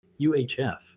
UHF